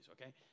okay